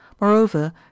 moreover